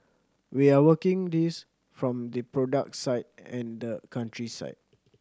we are working this from the product side and the country side